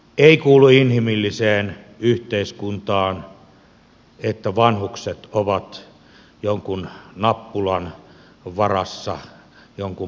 ei kuulu inhimilliseen yhteiskuntaan että vanhukset ovat jonkun nappulan varassa jonkun painonapin